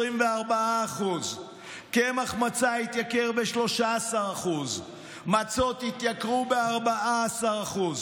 24%; קמח מצה התייקר ב-13%; מצות התייקרו ב-14%;